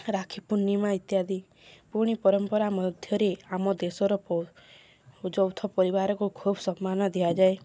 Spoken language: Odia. ରାକ୍ଷୀ ପୂର୍ଣ୍ଣିମା ଇତ୍ୟାଦି ପୁଣି ପରମ୍ପରା ମଧ୍ୟରେ ଆମ ଦେଶର ଯୌଥ ପରିବାରକୁ ଖୁବ ସମ୍ମାନ ଦିଆଯାଏ